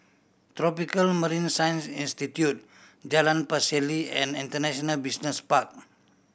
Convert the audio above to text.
Tropical Marine Science Institute Jalan Pacheli and International Business Park